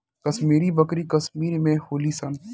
कश्मीरी बकरी कश्मीर में होली सन